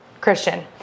Christian